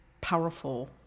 powerful